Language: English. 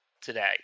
today